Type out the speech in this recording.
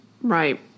Right